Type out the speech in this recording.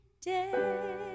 day